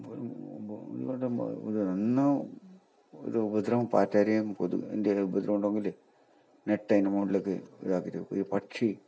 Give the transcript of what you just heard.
ഒന്ന് ഇത് ഉപദ്രവം പാറ്റയുടെയും കൊതുകിൻ്റെയും ഉപദ്രവം ഉണ്ടാകുമെങ്കിലേ നെറ്റ് അതിൻ്റെ മുകളിലേക്ക് ഇതാക്കിയിട്ട് ഒരു പക്ഷി